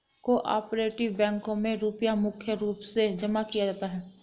को आपरेटिव बैंकों मे रुपया मुख्य रूप से जमा किया जाता है